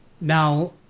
Now